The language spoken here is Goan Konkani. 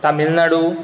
तामिलनाडू